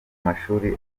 mashuri